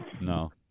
No